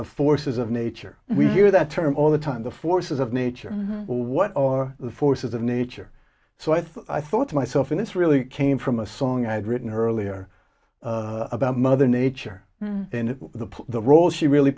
the forces of nature we do that term all the time the forces of nature or what are the forces of nature so i thought to myself in this really came from a song i'd written earlier about mother nature and the role she really